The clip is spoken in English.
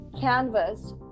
canvas